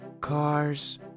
Cars